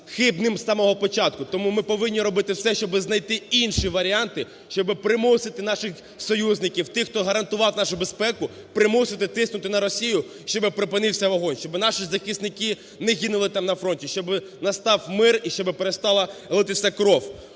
хибним з самого початку. Тому ми повинні робити все, щоби знайти інші варіанти, щоби примусити наших союзників, тих, хто гарантував нашу безпеку, примусити тиснути на Росію, щоби припинився вогонь, щоби наші захисники не гинули там на фронті, щоби настав мир і щоби перестала литися кров.